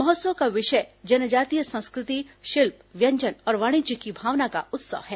महोत्सव का विषय जनजातीय संस्कृति शिल्प व्यंजन और वाणिज्य की भावना का उत्सव है